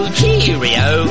cheerio